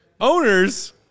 Owners